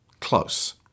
close